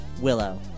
Willow